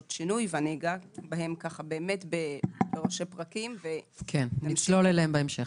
שינוי ואגע בהן בראשי פרקים ונצלול אליהן בהמשך.